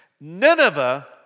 Nineveh